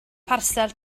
parsel